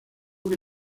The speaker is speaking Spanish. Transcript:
que